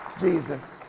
Jesus